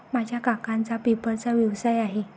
माझ्या काकांचा पेपरचा व्यवसाय आहे